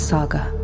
Saga